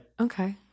Okay